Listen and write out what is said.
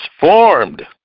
formed